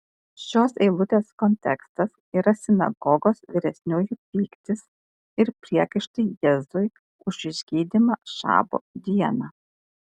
šios eilutės kontekstas yra sinagogos vyresniųjų pyktis ir priekaištai jėzui už išgydymą šabo dieną